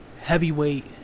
Heavyweight